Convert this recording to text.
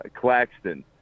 Claxton